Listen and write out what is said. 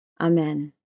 Amen